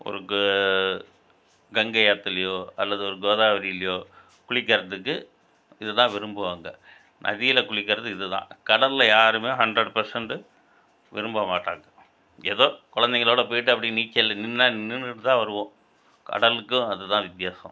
ஒரு க கங்கை ஆற்றுலையோ அல்லது ஒரு கோதாவரிலையோ குளிக்கிறத்துக்கு இதுதான் விரும்புவாங்க நதியில் குளிக்கிறது இதுதான் கடலில் யாருமே ஹண்ட்ரட் பர்சண்டு விரும்ப மாட்டாங்க ஏதோ குழந்தைங்களோட போய்விட்டு அப்படி நீச்சலில் நின்றா நின்றுட்டு தான் வருவோம் கடலுக்கும் அதுதான் வித்தியாசம்